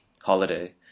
holiday